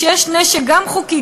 שיש נשק גם חוקי,